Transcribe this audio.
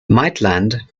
maitland